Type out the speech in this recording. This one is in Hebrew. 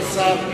כבוד השר,